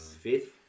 Fifth